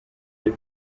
dei